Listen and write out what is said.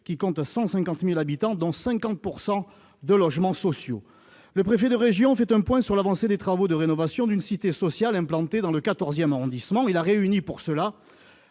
qui compte 150000 habitants, dont 50 pourcent de de logements sociaux, le préfet de région, fait un point sur l'avancée des travaux de rénovation d'une cité sociale implanté dans le 14ème arrondissement, il a réuni, pour cela,